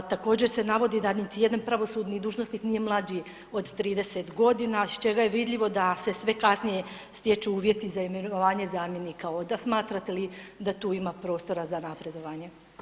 Također se navodi da niti jedan pravosudni dužnosnik nije mlađi od 30 godina iz čega je vidljivo da se sve kasnije stječu uvjeti za imenovanje zamjenika, da smatrate li da tu ima prostora za napredovanje?